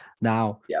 Now